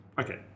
okay